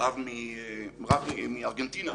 רב מארגנטינה,